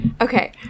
okay